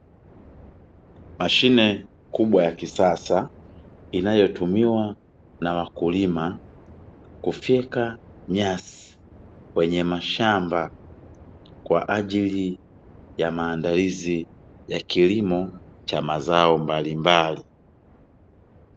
Mashine kubwa ya kisasa, inayotumiwa na wakulima kufyeka nyasi kwenye mashamba, kwaajili ya maandalizi ya kilimo cha mazao mbalimbali.